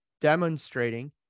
demonstrating